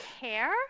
care